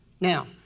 Now